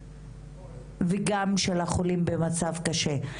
וגם של החולים במצב קשה.